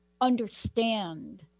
understand